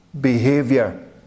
Behavior